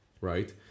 right